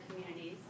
communities